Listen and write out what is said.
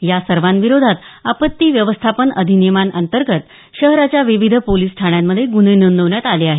या सर्वांविरोधात आपत्ती व्यवस्थापन अधिनियमांतर्गत शहराच्या विविध पोलिस ठाण्यांमध्ये ग्रन्हे नोंदवण्यात आले आहेत